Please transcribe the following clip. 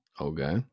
Okay